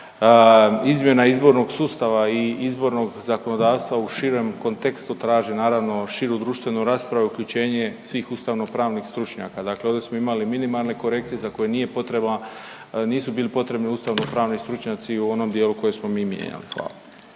izmjena izbornog sustava i izbornog zakonodavstva u širem kontekstu traži naravno širu društvenu raspravu, uključenje svih ustavnopravnih stručnjaka. Dakle ovdje smo imali minimalne korekcije za koje nije potrebno, nisu bili potrebni ustavnopravni stručnjaci u onom dijelu koji smo mi mijenjali. Hvala.